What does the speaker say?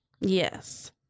Yes